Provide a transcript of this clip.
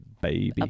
baby